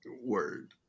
Word